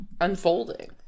unfolding